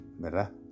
verdad